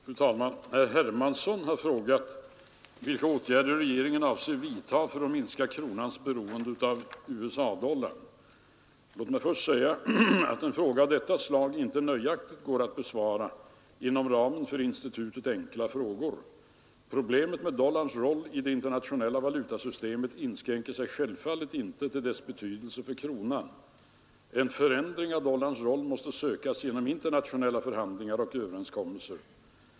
Fru talman! Herr Hermansson har frågat mig vilka åtgärder regeringen avser vidta för att minska kronans beroende av USA-dollarn. Låt mig först säga att en fråga av detta slag inte nöjaktigt går att besvara inom ramen för institutet enkla frågor. Problemet med dollarns roll i det internationella valutasystemet inskränker sig självfallet inte till dess betydelse för kronan. En förändring av dollarns roll måste sökas genom internationella förhandlingar och överenskommelser.